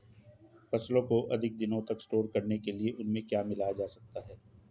फसलों को अधिक दिनों तक स्टोर करने के लिए उनमें क्या मिलाया जा सकता है?